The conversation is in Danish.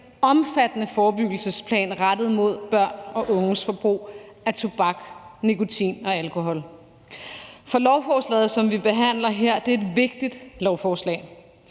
omfattende forebyggelsesplan rettet mod børn og unges forbrug af tobak, nikotin og alkohol. Lovforslaget, som vi behandler her, er et vigtigt lovforslag.